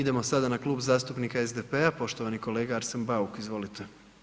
Idemo sada na Klub zastupnika SDP-a, poštovani kolega Arsen Bauk, izvolite.